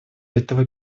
этого